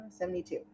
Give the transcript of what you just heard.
72